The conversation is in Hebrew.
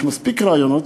יש מספיק רעיונות,